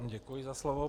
Děkuji za slovo.